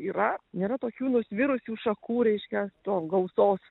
yra nėra tokių nusvirusių šakų reiškia tos gausos